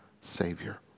Savior